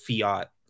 Fiat